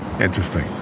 interesting